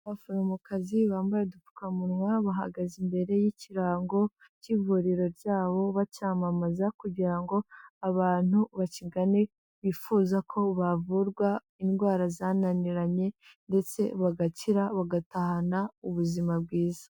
Abaforomokazi bambaye udupfukamunwa bahagaze imbere y'ikirango cy'ivuriro ryabo bacyamamaza kugira ngo abantu bakigane bifuza ko bavurwa indwara zananiranye ndetse bagakira bagatahana ubuzima bwiza.